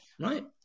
right